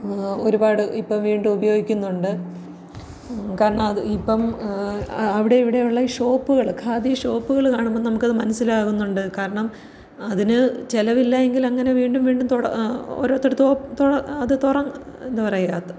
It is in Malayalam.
ഒരുപാട് ഇപ്പം വീണ്ടും ഉപയോഗിക്കുന്നുണ്ട് കാരണം അത് ഇപ്പം അവിടെ ഇവിടെ ഉള്ള ഷോപ്പുകൾ ഖാദി ഷോപ്പുകൾ കാണുമ്പം നമുക്കത് മനസ്സിലാകുന്നുണ്ട് കാരണം അതിന് ചിലവില്ല എങ്കിൽ അങ്ങനെ വീണ്ടും വീണ്ടും തൊട ഓരോരു ഇടത്ത് തൊ അത് തൊറ എന്താണ് പറയുക അത്